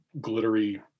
glittery